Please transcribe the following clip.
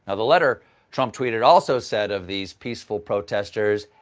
ah the letter trump tweeted also said of these peaceful protesters,